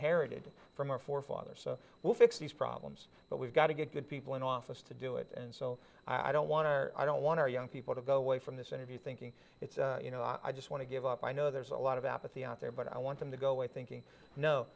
inherited from our forefathers so we'll fix these problems but we've got to get good people in office to do it and so i don't want to i don't want our young people to go away from this interview thinking it's you know i just want to give up i know there's a lot of apathy out there but i want them to go away thinking